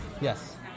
Yes